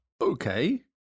Okay